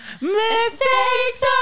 mistakes